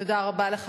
תודה רבה לך.